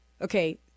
okay